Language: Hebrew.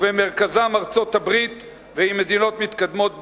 ובמרכזם ארצות-הברית ומדינות מתקדמות בעולם.